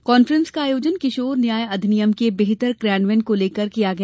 conference का आयोजन किशोर न्याय अधिनियम के बेहतर कियान्वयन को लेकर किया गया